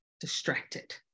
distracted